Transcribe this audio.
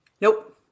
Nope